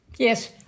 Yes